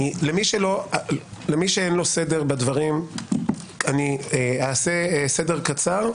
למי שאין סדר בדברים אני אעשה סדר קצר,